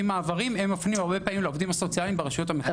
ממעברים הרבה פעמים הם מפנים לעובדים הסוציאליים ברשויות המקומיות.